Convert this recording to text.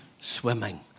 swimming